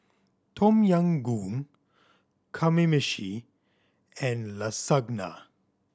Tom Yam Goong Kamameshi and Lasagna